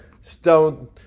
stone